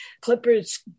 clippers